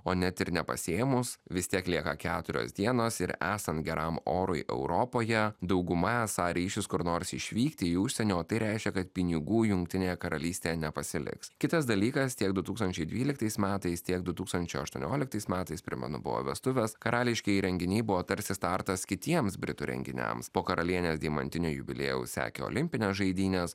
o net ir nepasiėmus vis tiek lieka keturios dienos ir esant geram orui europoje dauguma esą ryšis kur nors išvykti į užsienį o tai reiškia kad pinigų jungtinėje karalystėje nepasiliks kitas dalykas tiek du tūkstančiai dvyliktais metais tiek du tūkstančiai aštuonioliktais metais primenu buvo vestuvės karališkieji renginiai buvo tarsi startas kitiems britų renginiams po karalienės deimantinio jubiliejaus sekė olimpinės žaidynės